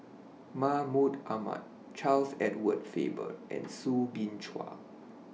Mahmud Ahmad Charles Edward Faber and Soo Bin Chua